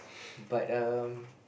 but um